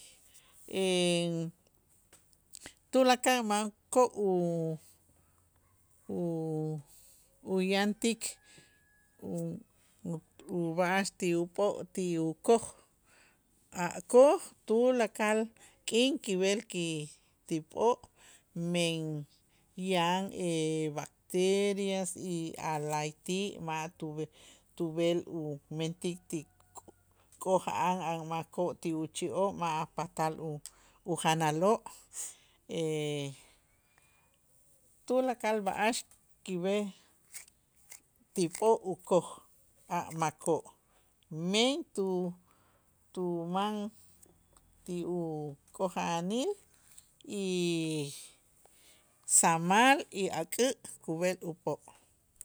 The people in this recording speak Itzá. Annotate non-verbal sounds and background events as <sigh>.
<hesitation> Tulakal makoo' u- u- uyaantik u- ub'a'ax ti up'o' ti ukoj, a' koj tulakal k'in kib'el ki ti p'o' men yan <hesitation> bacterias y a' la'ayti' ma' tub'-tub'el umentik ti k'oja'an a' makoo' ti uchi'oo' ma' patal u- ujanaloo' <hesitation> tulakal b'a'ax kib'ej ti p'o' ukoj a' makoo' men tu- tuman ti uk'oja'anil y samal y ak'ä' kub'el up'o'.